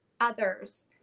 others